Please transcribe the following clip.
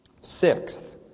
Sixth